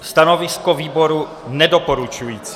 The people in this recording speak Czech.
Stanovisko výboru je nedoporučující.